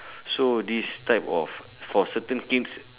so this type of for certain things